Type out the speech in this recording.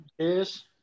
Cheers